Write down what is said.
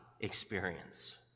experience